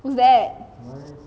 who's that